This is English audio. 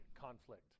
conflict